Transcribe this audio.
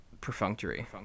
perfunctory